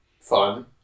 fun